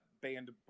band